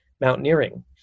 mountaineering